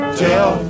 tell